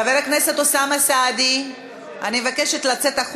אוסאמה סעדי מתנגד.